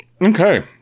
Okay